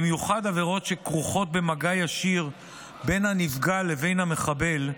במיוחד עבירות שכרוכות במגע ישיר בין הנפגע לבין המחבל,